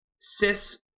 cis